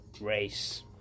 race